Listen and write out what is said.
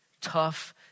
tough